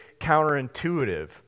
counterintuitive